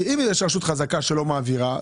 כי אם יש רשות חזקה שלא מעבירה,